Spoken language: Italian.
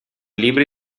libri